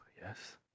yes